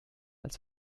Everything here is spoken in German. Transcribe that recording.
als